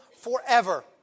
forever